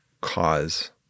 cause